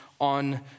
on